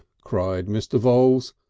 cried mr. voules,